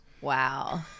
Wow